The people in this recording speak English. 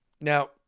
Now